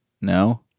No